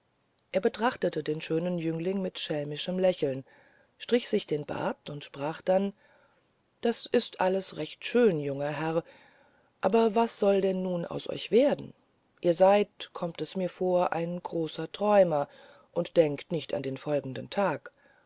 er betrachtete den schönen jüngling mit schelmischem lächeln strich sich den bart und sprach dann das ist alles recht schön junger herr aber was soll denn nun aus euch werden ihr seid kommt es mir vor ein großer träumer und denket nicht an den folgenden tag